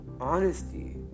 honesty